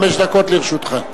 חמש דקות לרשותך.